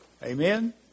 Amen